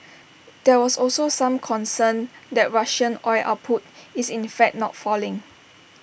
there was also some concern that Russian oil output is in fact not falling